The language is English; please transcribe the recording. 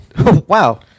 wow